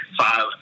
five